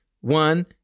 one